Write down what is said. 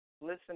listen